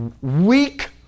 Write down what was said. weak